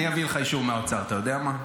אני אביא לך אישור מהאוצר, אתה יודע מה?